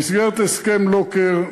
במסגרת הסכם לוקר,